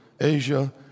Asia